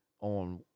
on